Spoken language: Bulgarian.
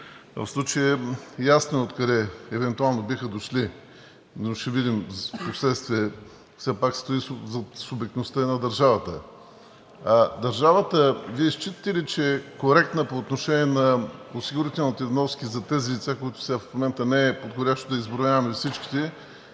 В случая ясно е откъде евентуално биха дошли, но ще видим впоследствие, все пак стои субектността на държавата. Държавата – Вие считате ли, че е коректна по отношение на осигурителните вноски за тези лица, които сега в момента не е подходящо да изброяваме всички,